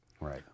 Right